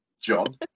John